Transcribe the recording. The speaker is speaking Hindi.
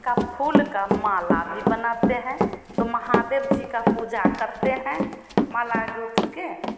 का फूल की माला भी बनाते हैं तो महादेव जी की पूजा करते हैं माला गूँथकर